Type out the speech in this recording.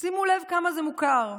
שימו לב כמה זה מוכר.